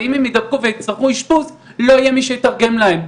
ואם הם יידבקו ויצטרכו אישפוז לא יהיה מי שיתרגם להם.